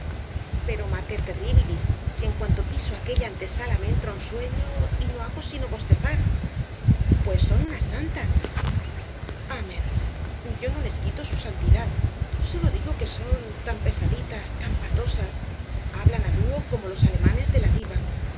pero mater terribilis si en cuanto piso aquella antesala me entra un sueño y no hago sino bostezar pues son unas santas amén yo no les quito su santidad sólo digo que son tan pesaditas tan patosas hablan á dúo como los alemanes de la diva